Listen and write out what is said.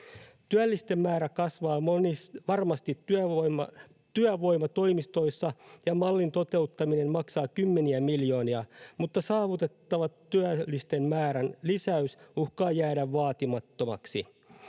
Työllisten määrä kasvaa varmasti työvoimatoimistoissa ja mallin toteuttaminen maksaa kymmeniä miljoonia, mutta saavutettava työllisten määrän lisäys uhkaa jäädä vaatimattomaksi.